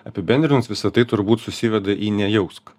apibendrinus visą tai turbūt susiveda į nejausk